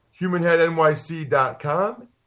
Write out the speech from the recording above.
HumanHeadNYC.com